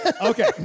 Okay